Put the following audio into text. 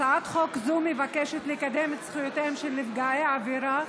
הצעת חוק זו מבקשת לקדם את זכויותיהם של נפגעי עבירה,